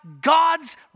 God's